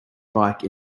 bike